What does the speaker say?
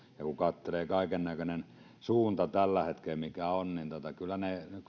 ja kun katselee kaiken näköisiä suuntia mitä tällä hetkellä on niin kyllä ne